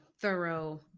thorough